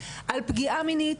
על פגיעה מינית,